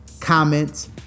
comments